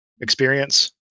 experience